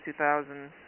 2000